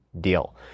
deal